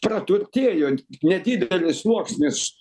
praturtėjo nedidelis sluoksnis